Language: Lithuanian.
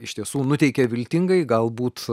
iš tiesų nuteikia viltingai galbūt